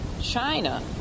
China